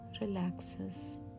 relaxes